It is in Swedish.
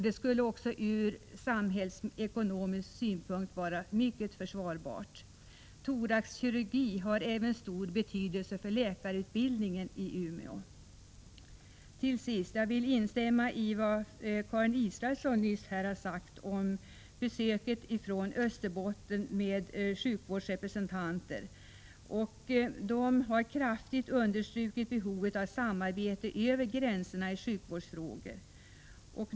Det skulle också ur samhällsekonomisk synpunkt vara mycket försvarbart. Thoraxkirurgi har även stor betydelse för läkarutbildningen i Umeå. Till sist vill jag instämma i vad Karin Israelsson nyss sade om besöket av Österbottens sjukvårdsrepresentanter. De har kraftigt understrukit behovet av samarbete över gränserna i sjukvårdsfrågor.